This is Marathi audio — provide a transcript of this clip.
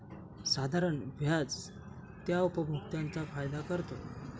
साधारण व्याज त्या उपभोक्त्यांचा फायदा करतो